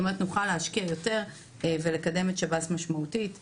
זאת אומרת שנוכל להשקיע יותר ולקדם משמעותית את שב"ס.